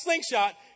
slingshot